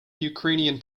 ukrainian